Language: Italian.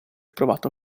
provato